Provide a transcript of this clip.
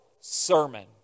sermon